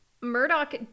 Murdoch